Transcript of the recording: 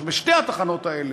בשתי התחנות האלה.